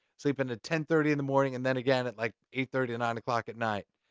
sleep and at ten thirty in the morning and then again at like eight thirty, and nine o'clock at night.